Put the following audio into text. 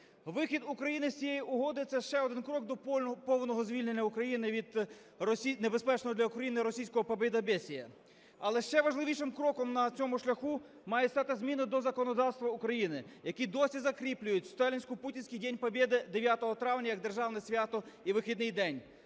Вихід України з цієї угоди – це ще один крок до повного звільнення України від небезпечного для України російського побєдобєсія. Але ще важливішим кроком на цьому шляху має стати зміна до законодавства України, які досі закріплюють сталінсько-путінський День Победы 9 травня як державне свято і вихідний день.